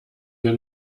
wir